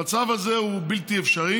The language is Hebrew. המצב הזה הוא בלתי אפשרי,